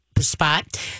spot